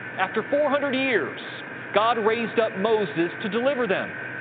after four hundred years god raised up moses to deliver them.